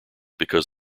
because